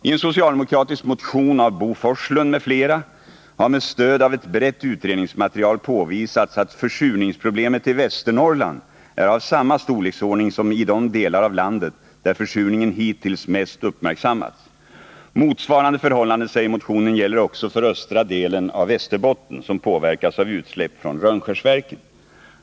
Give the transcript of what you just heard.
I en socialdemokratisk motion av Bo Forslund m.fl. har med stöd av ett brett utredningsmaterial påvisats att försurningsproblemet i Västernorrland är av samma storleksordning som i de delar av landet där försurningen hittills mest uppmärksammats. Motsvarande förhållanden, sägs det i motionen, gäller också för östra delen av Västerbotten, som påverkas av utsläpp från Rönnskärsverken.